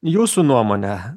jūsų nuomone